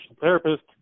therapist